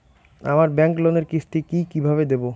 আমার ব্যাংক লোনের কিস্তি কি কিভাবে দেবো?